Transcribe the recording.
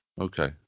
Okay